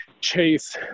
chase